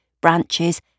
branches